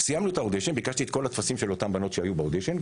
סיימנו את האודישן וביקשתי את כל הטפסים של אותן בנות שהיו באודישן,